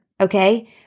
okay